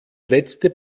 letzte